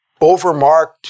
overmarked